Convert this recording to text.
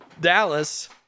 Dallas